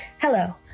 Hello